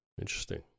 Interesting